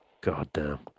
goddamn